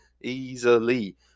easily